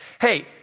Hey